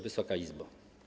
Wysoka Izbo!